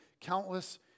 countless